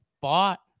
bought